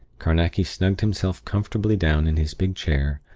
carnacki snugged himself comfortably down in his big chair,